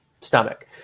stomach